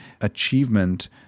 achievement